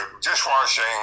dishwashing